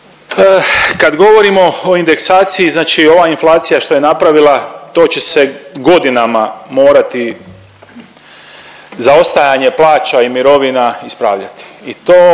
Kad govorimo o indeksaciji, znači ova inflacija što je napravila, to će se godinama morati, zaostajanje plaća i mirovina, ispravljati.